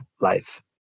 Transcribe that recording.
life